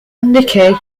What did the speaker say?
nikki